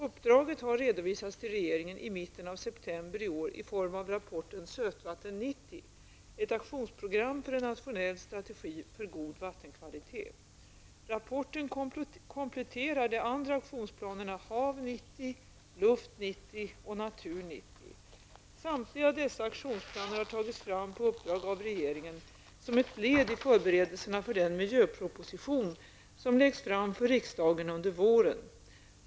Uppdraget har redovisats till regeringen i mitten av september i år i form av rapporten Sötvatten '90, ett aktionsprogram för en nationell strategi för god vattenkvalitet. Rapporten kompletterar de andra aktionsplanerna Hav '90, Luft '90 och Natur '90. Samtliga dessa aktionsplaner har tagits fram på uppdrag av regeringen som ett led i förberedelserna för den miljöproposition som läggs fram för riksdagen under våren.